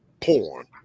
porn